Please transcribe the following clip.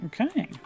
Okay